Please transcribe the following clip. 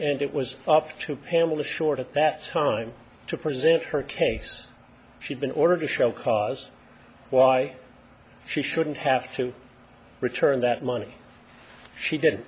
and it was up to pamela short at that time to present her case she'd been ordered to show cause why she shouldn't have to return that money she did